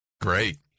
Great